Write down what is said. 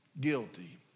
guilty